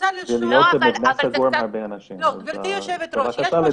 ולהיות במבנה סגור עם הרבה אנשים - בבקשה לדייק.